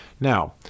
Now